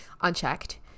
unchecked